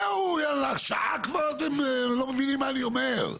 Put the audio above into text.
זהו, שעה כבר אתם לא מבינים מה אני אומר.